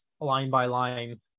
line-by-line